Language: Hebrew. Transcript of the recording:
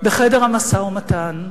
בחדר המשא-ומתן,